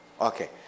okay